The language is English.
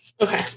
Okay